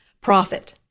profit